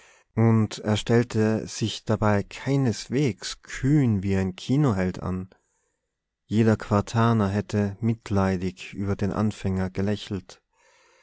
und er stellte sich dabei keineswegs kühn wie ein kinoheld an jeder quartaner hätte mitleidig über den anfänger gelächelt